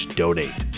donate